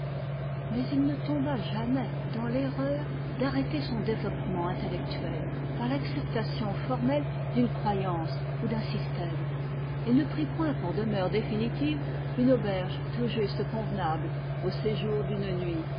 mais il ne tomba jamais dans l'erreur d'arrêter son développement intellectuel par l'acceptation formelle d'une croyance ou d'un système et ne prit point pour demeure définitive une auberge tout juste convenable au séjour d'une nuit